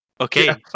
okay